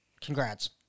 Congrats